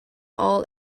all